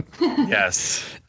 Yes